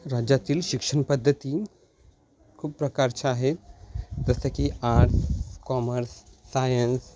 राज्यातील शिक्षणपद्धती खूप प्रकारच्या आहेत जसं की आर्ट्स कॉमर्स सायन्स